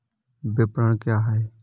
विपणन क्या है?